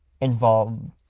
involved